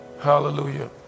Hallelujah